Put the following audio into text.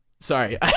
sorry